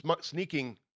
sneaking